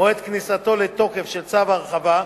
מועד כניסתו לתוקף של צו ההרחבה,